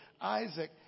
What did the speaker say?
Isaac